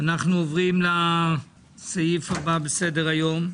אנחנו עוברים לסעיף הבא בסדר-היום: